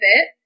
fit